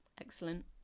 excellent